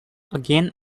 again